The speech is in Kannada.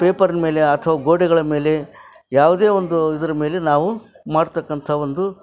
ಪೇಪರಿನ ಮೇಲೆ ಅಥವಾ ಗೋಡೆಗಳ ಮೇಲೆ ಯಾವುದೇ ಒಂದು ಇದ್ರ ಮೇಲೆ ನಾವು ಮಾಡ್ತಕ್ಕಂಥ ಒಂದು